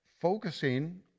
focusing